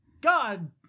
God